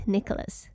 Nicholas